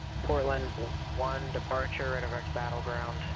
portland one departure and um ah um